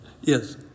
Yes